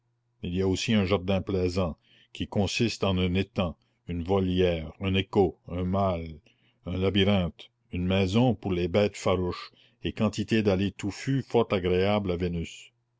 il y a aussi un jardin plaisant qui consiste en un étang une volière un écho un mail un labyrinthe une maison pour les bêtes farouches et quantité d'allées touffues fort agréables à vénus